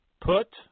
Put